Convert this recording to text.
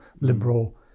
liberal